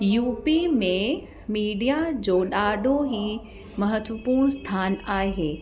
U P में media जो ॾाढो ई महत्वपूर्ण स्थान आहे